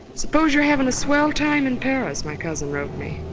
suppose you're having a swell time in paris, my cousin wrote me,